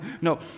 no